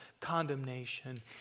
condemnation